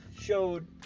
showed